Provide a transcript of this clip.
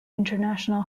international